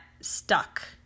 stuck